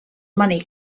money